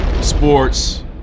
sports